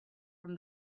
from